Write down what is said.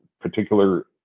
particular